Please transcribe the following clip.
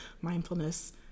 mindfulness